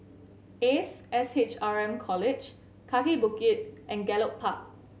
Ace S H R M College Kaki Bukit and Gallop Park